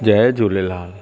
Jay Jhulelal